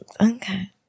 okay